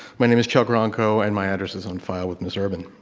my name is chuck bronco and my address is on file with ms. urban.